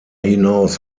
hinaus